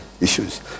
issues